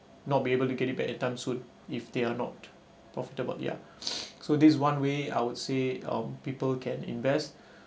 not able to get it back at time soon if they are not profitable ya so this one way I would say um people can invest